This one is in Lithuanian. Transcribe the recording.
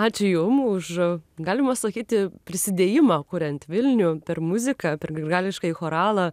ačiū jum už galima sakyti prisidėjimą kuriant vilnių per muziką per grigališkąjį choralą